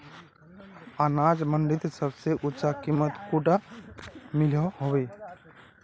अनाज मंडीत सबसे ऊँचा कीमत कुंडा मिलोहो होबे?